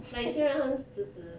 like 有些人他们是直直